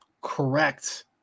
correct